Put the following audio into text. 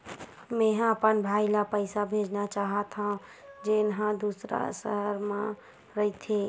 मेंहा अपन भाई ला पइसा भेजना चाहत हव, जेन हा दूसर शहर मा रहिथे